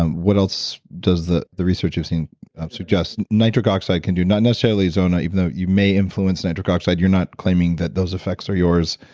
um what else does the the researchers think, suggest nitric oxide can do? not necessarily zona, even though you may influence nitric oxide, you're not claiming that those effects are yours